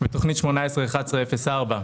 בתכנית 18-11-04,